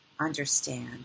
understand